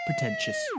pretentious